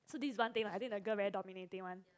so this is one thing lah I think the girl very dominating one